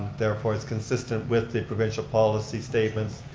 therefore it's consistent with the provincial policy statements,